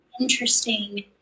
interesting